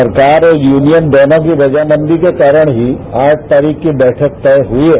सरकार और यूनियन दोनों की रजामन्दी के कारण ही आठ तारीख की बैठक तय हुई है